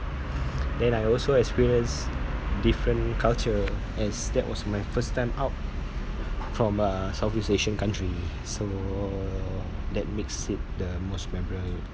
then I also experienced different culture as that was my first time out from a southeast asian country so that makes it the most memorable